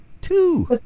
two